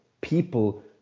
people